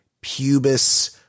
pubis